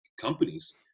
companies